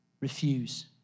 Refuse